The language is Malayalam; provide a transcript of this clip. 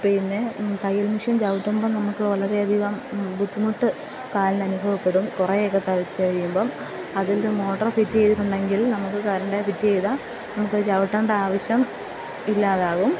പിന്നെ തയ്യൽ മെഷീൻ ചവിട്ടുമ്പോൾ നമുക്ക് വളരെയധികം ബുദ്ധിമുട്ട് കാലിനനുഭവപ്പെടും കുറെയൊക്കെ തയ്ച്ച് കഴിയുമ്പം അതിൻ്റെ മോട്ടറ് ഫിറ്റ് ചെയ്തിട്ടുണ്ടെങ്കിൽ നമുക്ക് കരൻറ്റേൽ ഫിറ്റ് ചെയ്താൽ നമുക്ക് ചവിട്ടണ്ട ആവശ്യം ഇല്ലാതാവും